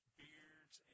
beards